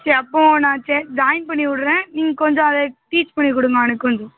சரி அப்போ நான் சேர்த் ஜாயின் பண்ணிவிட்றேன் நீங்கள் கொஞ்சம் அதை டீச் பண்ணிக்கொடுங்க அவனுக்கு கொஞ்சம்